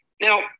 Now